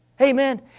Amen